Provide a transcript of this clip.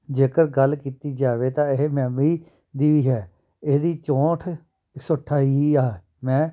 ਜੇਕਰ ਗੱਲ ਕੀਤੀ ਜਾਵੇ ਤਾਂ ਇਹ ਮੈਮਰੀ ਦੀ ਵੀ ਹੈ ਇਹਦੀ ਚੌਂਹਠ ਇੱਕ ਸੌ ਅਠਾਈ ਹੀ ਆ ਮੈਂ